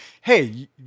Hey